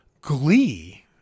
glee